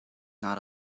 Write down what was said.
not